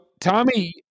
Tommy